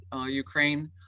Ukraine